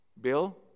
Bill